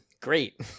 Great